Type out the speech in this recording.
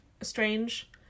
strange